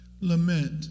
Lament